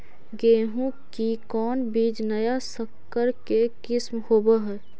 गेहू की कोन बीज नया सकर के किस्म होब हय?